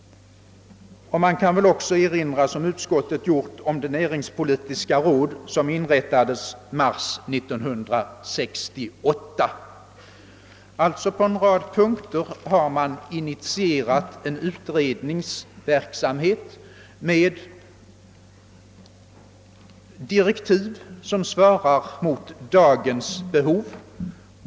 Man kan också erinra, som utskottet gjort, om det näringspolitiska råd som inrättades i mars 1968. På en rad punkter har man alltså initierat en utredningsverksamhet med direktiv som svarar mot dagens behov.